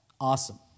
Awesome